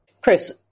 Chris